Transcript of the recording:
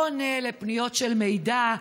לא עונה על פניות של מידע.